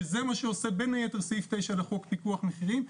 שזה מה שעושה בין היתר סעיף 9 לחוק פיקוח מחירים,